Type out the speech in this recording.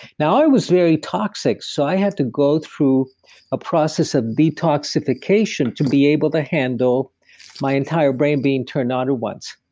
now, i was very toxic. so, i had to go through a process of detoxification to be able to handle my entire brain being turned on at once.